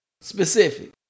Specific